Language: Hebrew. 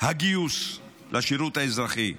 הגיוס לשירות האזרחי,